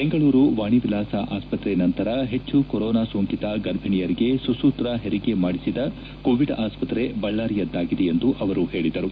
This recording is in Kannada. ಬೆಂಗಳೂರು ವಾಣಿ ವಿಲಾಸ ಆಸ್ಪತ್ರೆ ನಂತರ ಹೆಚ್ಚು ಕೊರೊನಾ ಸೋಂಕಿತ ಗರ್ಭಣಿಯರಿಗೆ ಸುಸೂತ್ರ ಹೆರಿಗೆ ಮಾಡಿಸಿದ ಕೋವಿಡ್ ಆಸ್ಪತ್ರೆ ಬಳ್ಳಾರಿಯದ್ದಾಗಿದೆ ಎಂದು ಅವರು ಹೇಳಿದರು